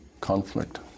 conflict